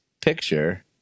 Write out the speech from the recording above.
picture